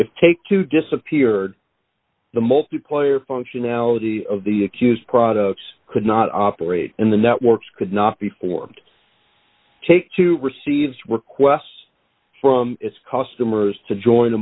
if take two disappeared the multiplayer functionality of the accused products could not operate in the networks could not be formed take two receives requests from its customers to join